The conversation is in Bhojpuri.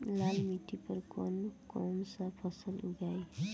लाल मिट्टी पर कौन कौनसा फसल उगाई?